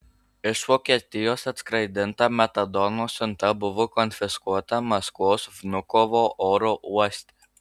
iš vokietijos atskraidinta metadono siunta buvo konfiskuota maskvos vnukovo oro uoste